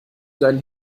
deinen